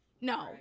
No